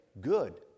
Good